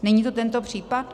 Není to tento případ?